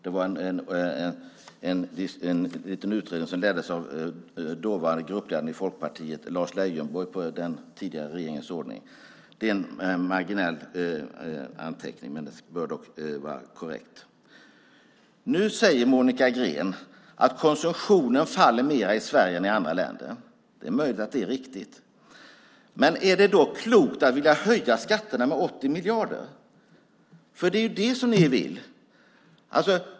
Det var en liten utredning som leddes av dåvarande gruppledaren i Folkpartiet, Lars Leijonborg, på den tidigare regeringens ordning. Det är en marginell anteckning, men detta bör vara korrekt. Nu säger Monica Green att konsumtionen faller mer i Sverige än i andra länder. Det är möjligt att det är riktigt. Men är det då klokt att vilja höja skatterna med 80 miljarder? Det är ju det som ni vill.